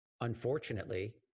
unfortunately